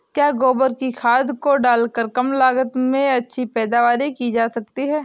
क्या गोबर की खाद को डालकर कम लागत में अच्छी पैदावारी की जा सकती है?